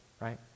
right